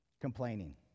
Complaining